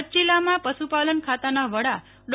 કચ્છ જિલ્લામાં પશુપાલન ખાતાના વડા ડો